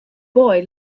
boy